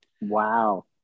Wow